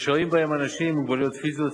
ששוהים בהם אנשים עם מוגבלויות פיזיות,